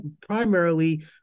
primarily